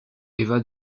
eva